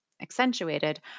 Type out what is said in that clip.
accentuated